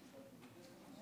תגידי,